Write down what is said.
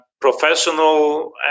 professional